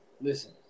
listen